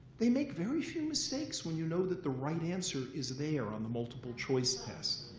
they make very few mistakes when you know that the right answer is there on the multiple choice test.